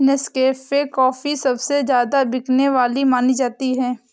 Nescafe coffee सबसे ज्यादा बिकने वाली मानी जाती है